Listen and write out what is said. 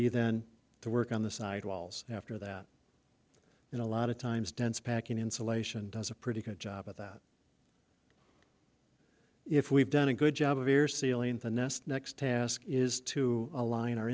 be then the work on the side walls after that in a lot of times dense packing insulation does a pretty good job at that if we've done a good job here sealing the nest next task is to align our